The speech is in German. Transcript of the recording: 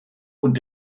und